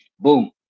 boom